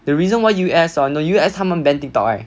the reason why U_S hor 你懂 U_S 他们 ban Tiktok right